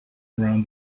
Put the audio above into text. around